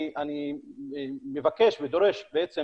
אני מבקש ודורש בעצם